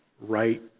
right